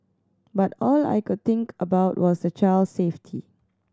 but all I could think about was the child's safety